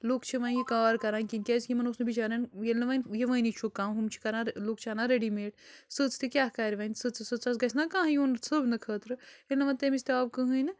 لُکھ چھِ وَنہِ یہِ کار کَران کِہیٖنۍ کیٛازِ کہِ یِمن اوس نہٕ بِچارٮ۪ن ییٚلہِ نہٕ وَنہِ یِوٲنی چھُکھ کانٛہہ ہُم چھِ کَران لُکھ چھِ اَنان ریٚڈی میڈ سٕژ تہِ کیٛاہ کَرِ وَنہِ سٕژٕ سٕژس گَژھِ نَہ کانٛہہ یُن سونہٕ خٲطرٕ ییٚلہِ نہٕ وَنہِ تٔمِس تہِ آو کٔہیٖنۍ نہٕ